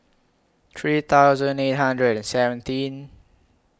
three thousand eight hundred and seventeen